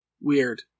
Weird